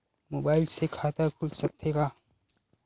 Mobile से खाता खुल सकथे का?